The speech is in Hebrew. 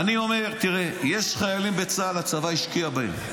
תראה, יש חיילים בצה"ל, הצבא השקיע בהם.